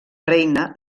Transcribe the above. reina